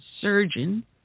surgeon